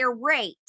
rate